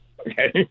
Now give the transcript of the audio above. Okay